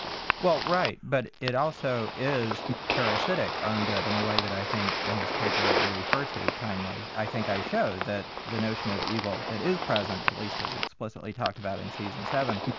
well right. but it also is parasitic on good in a way that i think in this paper that you refer to kindly, i think i show that the notion of evil that is present, at least as explicitly talked about in season seven,